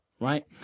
right